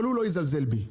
אבל הוא לא יזלזל בי.